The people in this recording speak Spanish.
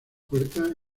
puertas